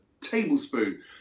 tablespoon